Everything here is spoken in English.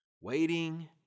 Waiting